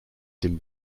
dem